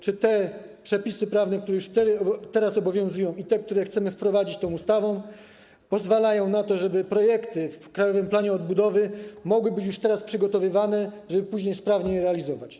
Czy te przepisy prawne, które już teraz obowiązują, i te, które chcemy wprowadzić tą ustawą, pozwalają na to, żeby projekty w Krajowym Planie Odbudowy mogły być już teraz przygotowywane, żeby później sprawnie je realizować?